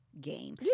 game